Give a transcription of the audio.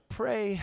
pray